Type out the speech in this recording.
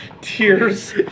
tears